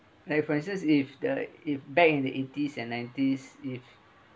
references if there like if back in the eighties and nineties if